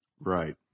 Right